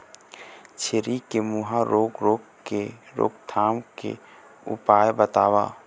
छेरी के मुहा रोग रोग के रोकथाम के उपाय बताव?